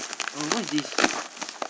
!wah! what is this